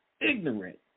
ignorant